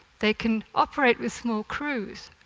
they can operate with small crews.